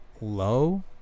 low